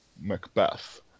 Macbeth